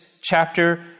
chapter